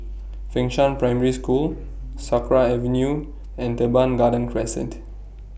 Fengshan Primary School Sakra Avenue and Teban Garden Crescent